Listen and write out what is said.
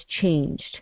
changed